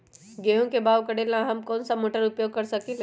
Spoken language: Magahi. गेंहू के बाओ करेला हम कौन सा मोटर उपयोग कर सकींले?